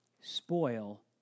spoil